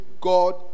God